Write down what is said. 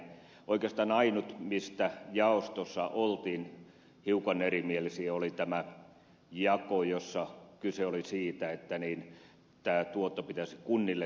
oikeastaan ainut mistä jaostossa oltiin hiukan erimielisiä oli tämä jako jossa kyse oli siitä että tämä tuotto pitäisi kunnille tulla